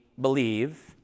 believe